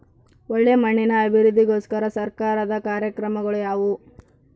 ಒಳ್ಳೆ ಮಣ್ಣಿನ ಅಭಿವೃದ್ಧಿಗೋಸ್ಕರ ಸರ್ಕಾರದ ಕಾರ್ಯಕ್ರಮಗಳು ಯಾವುವು?